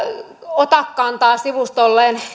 otakantaa sivustollaan